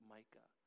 Micah